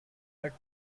are